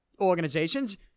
organizations